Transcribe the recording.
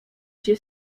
się